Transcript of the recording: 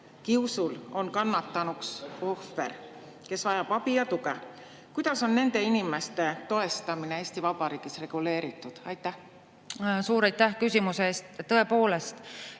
töökiusul on kannatanuks ohver, kes vajab abi ja tuge. Kuidas on nende inimeste toetamine Eesti Vabariigis reguleeritud? Aitäh,